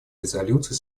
резолюций